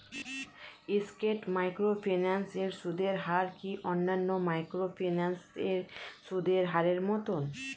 স্কেট microfinance এর সুদের হার কি অন্যান্য মাইক্রোফিন্যান্স এর সুদের হারের মতন?